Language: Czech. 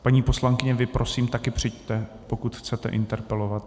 Paní poslankyně, vy prosím také přijďte, pokud chcete interpelovat.